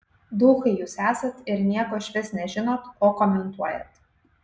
duchai jūs esat ir nieko išvis nežinot o komentuojat